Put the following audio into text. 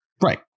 Right